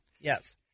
Yes